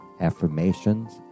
affirmations